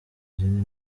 izindi